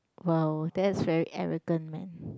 !wow! that's very arrogant man